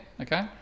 Okay